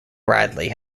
bradley